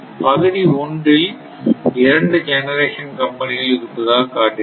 பகுதி ஒன்றில் இரண்டு ஜெனரேஷன் கம்பெனிகள் இருப்பதாக காட்டுகிறேன்